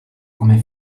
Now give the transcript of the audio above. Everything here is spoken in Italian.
come